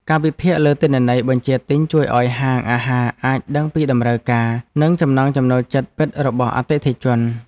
ការវិភាគលើទិន្នន័យបញ្ជាទិញជួយឱ្យហាងអាហារអាចដឹងពីតម្រូវការ និងចំណង់ចំណូលចិត្តពិតរបស់អតិថិជន។